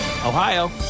Ohio